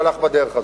שהלך בדרך הזאת.